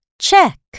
check